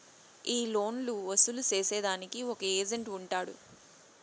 ఈ లోన్లు వసూలు సేసేదానికి ఒక ఏజెంట్ ఉంటాడు